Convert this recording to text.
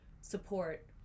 support